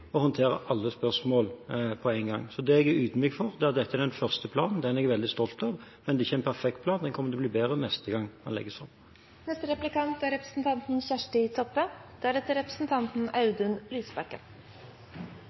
å håndtere alle spørsmål. Det jeg er ydmyk for, er at dette er den første planen. Den er jeg veldig stolt av, men det er ikke en perfekt plan, den kommer til å bli bedre neste gang